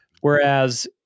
Whereas